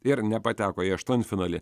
ir nepateko į aštuntfinalį